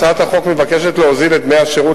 הצעת החוק מבקשת להוזיל את דמי השירות